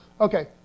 Okay